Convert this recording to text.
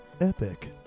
epic